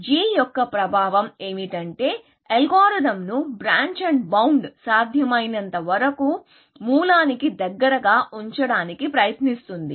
g యొక్క ప్రభావం ఏమిటంటే అల్గోరిథంను బ్రాంచ్ అండ్ బౌండ్ సాధ్యమైనంతవరకు మూలానికి దగ్గరగా ఉంచడానికి ప్రయత్నిస్తుంది